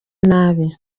nabi